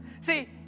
See